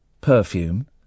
perfume